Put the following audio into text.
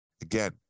again